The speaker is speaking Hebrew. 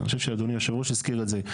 אני חושב שאדוני יושב הראש הזכיר את זה,